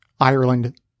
Ireland